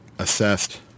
Assessed